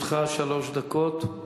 לרשותך שלוש דקות.